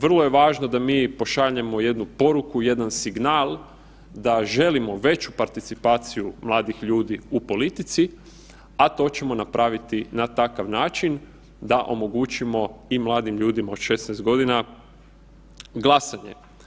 Vrlo je važno da mi pošaljemo jednu poruku, jedan signal da želimo veću participaciju mladih ljudi u politici, a to ćemo napraviti na takav način da omogućimo i mladim ljudima od 16.g. glasanje.